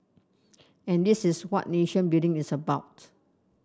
and this is what nation building is about